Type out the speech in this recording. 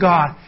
God